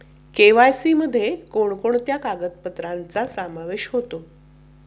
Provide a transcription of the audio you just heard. KYC मध्ये कोणकोणत्या कागदपत्रांचा समावेश होतो?